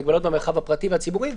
מגבלות במרחב הפרטי והציבורי,